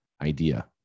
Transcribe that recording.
idea